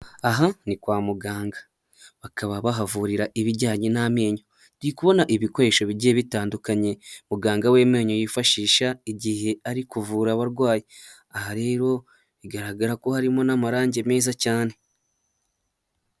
Aha ni kwa muganga bakaba bahavurira ibijyanye n'amenyo, ndi kubona ibikoresho bigiye bitandukanye muganga w'amenyo yifashisha igihe ari kuvura abarwayi, aha rero bigaragara ko harimo n'amarange meza cyane.